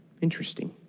Interesting